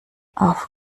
auf